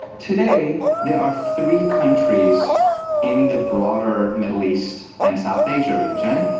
today, there are three countries in the broader middle east, and south asia region,